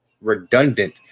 redundant